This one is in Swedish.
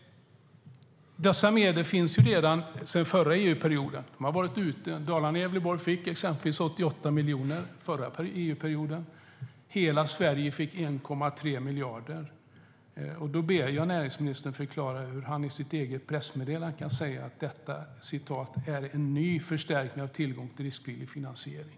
Dessa medel finns ju redan sedan förra EU-perioden. Dalarna och Gävleborg, till exempel, fick 88 miljoner. Hela Sverige fick 1,3 miljarder. Då ber jag näringsministern förklara hur han i sitt eget pressmeddelande kan säga att detta "är en ny förstärkning av tillgång till riskvillig finansiering".